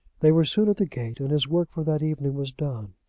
they were soon at the gate, and his work for that evening was done.